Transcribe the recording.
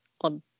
on